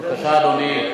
בבקשה, אדוני,